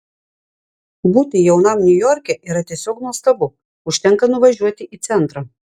būti jaunam niujorke yra tiesiog nuostabu užtenka nuvažiuoti į centrą